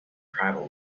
tribal